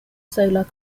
solar